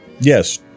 yes